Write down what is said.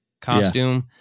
costume